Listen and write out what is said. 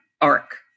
arc